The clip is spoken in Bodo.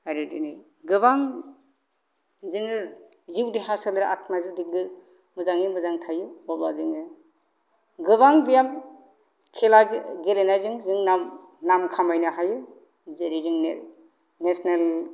आरो दिनै गोबां जोङो जिउ देहा सोलेर आत्मा जुदि मोजाङै मोजां थायो अब्ला जोङो गोबां ब्याम खेला गेलेनायजों जोंना नाम खामायनो हायो जेरै जोंनो नेचेनेल